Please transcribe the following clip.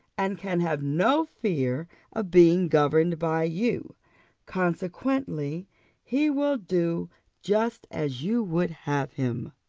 and can have no fear of being governed by you consequently he will do just as you would have him.